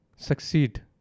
succeed